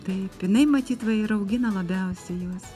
taip jinai matyt va ir augina labiausiai juos